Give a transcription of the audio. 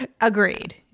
agreed